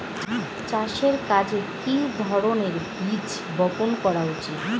চাষের কাজে কি ধরনের বীজ বপন করা উচিৎ?